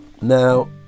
Now